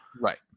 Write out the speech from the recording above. Right